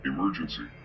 Emergency